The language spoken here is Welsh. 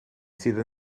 sydd